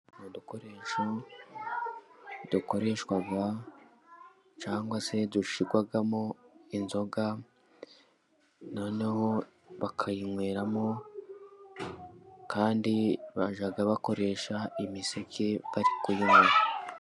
Utu dukoresho dukoreshwa cyangwa se dushirwamo inzoga noneho bakayinyweramo kandi bajya bakoresha imiseke bari kumweramo.